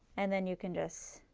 and then you can just